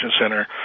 Center